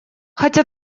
хотя